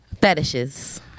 fetishes